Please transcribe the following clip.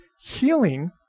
healing